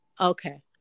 Okay